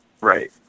Right